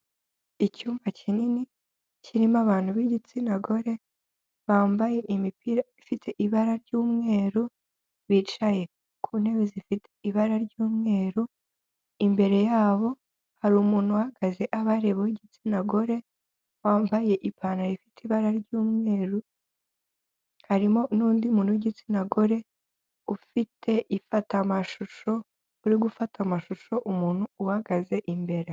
Icyumba kinini, kirimo abantu b'igitsina gore, bambaye imipira ifite ibara ry'umweru, bicaye ku ntebe zifite ibara ry'umweru, imbere yabo hari umuntu uhagaze abareba w'igitsina gore, wambaye ipantaro ifite ibara ry'umweru, harimo n'undi muntu w'igitsina gore, ufite ifatamashusho, uri gufata amashusho umuntu uhagaze imbere.